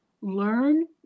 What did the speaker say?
learn